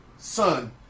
Son